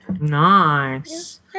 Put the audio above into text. Nice